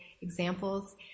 examples